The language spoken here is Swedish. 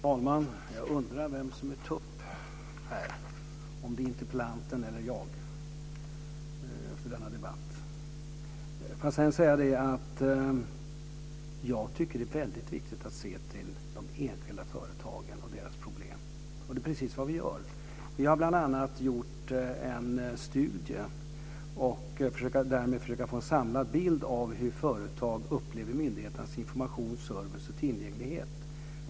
Fru talman! Jag undrar vem som är tupp här efter denna debatt - om det är interpellanten eller jag. Jag tycker att det är väldigt viktigt att se till de enskilda företagen och deras problem, och det är precis vad vi gör. Vi har bl.a. gjort en studie och därmed försökt få en samlad bild av hur företag upplever myndigheternas information, service och tillgänglighet.